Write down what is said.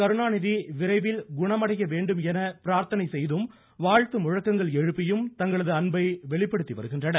கருணாநிதி விரைவில் குணமடைய வேண்டும் என பிரார்த்தணை செய்தும் வாழ்த்து முழக்கங்கள் எழுப்பியும் தங்களது அன்பை வெளிப்படுத்தி வருகின்றனர்